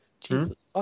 Jesus